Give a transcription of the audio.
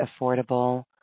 affordable